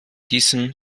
diesem